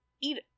Eat